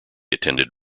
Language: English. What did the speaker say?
attended